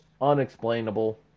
unexplainable